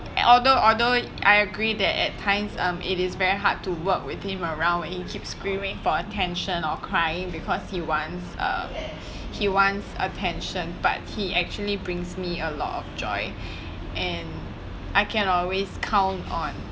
although although I agree that at times um it is very hard to work with him around and keep screaming for attention or crying because he wants um he wants attention but he actually brings me a lot of joy and I can always count on